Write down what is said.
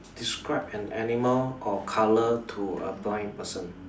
describe an animal or colour to a blind person